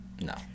No